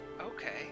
okay